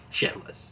Shitless